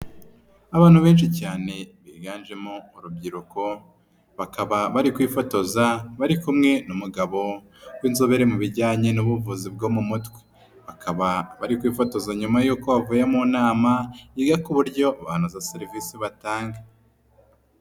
Abantu benshi cyane biganjemo urubyiruko, bakaba bari kwifotoza bari kumwe n'umugabo w'inzobere mu bijyanye n'ubuvuzi bwo mu mutwe. Bakaba bari kwifotoza nyuma yuko bavuye mu nama, yiga ku buryo banoza serivisi batanga.